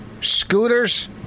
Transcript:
Scooters